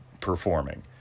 performing